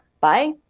Bye